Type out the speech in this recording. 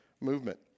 movement